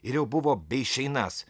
ir jau buvo beišeinąs